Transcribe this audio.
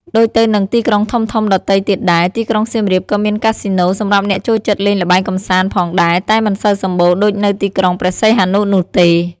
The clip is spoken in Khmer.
ដូចទៅនឹងទីក្រុងធំៗដទៃទៀតដែរ ទីក្រុងសៀមរាបក៏មានកាស៊ីណូសម្រាប់អ្នកចូលចិត្តលេងល្បែងកម្សាន្តផងដែរតែមិនសូវសម្បូរដូចនៅទីក្រុងព្រះសីហនុនោះទេ ។